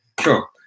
Sure